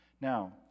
Now